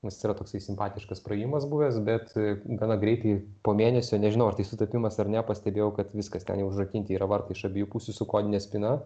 nes yra toksai simpatiškas praėjimas buvęs bet gana greitai po mėnesio nežinau ar tai sutapimas ar ne pastebėjau kad viskas ten jau užrakinti yra vartai iš abiejų pusių su kodine spyna